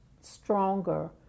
stronger